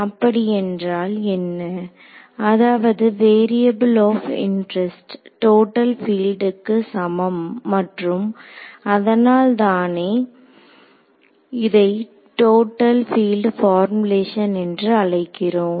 அப்படி என்றால் என்ன அதாவது வேரியபுள் ஆப் இன்டெரெஸ்ட் டோட்டல் பீல்டுக்கு சமம் மற்றும் அதனால் தானோ இதை டோட்டல் பீல்ட் பார்முலேஷன் என்று அழைக்கிறோம்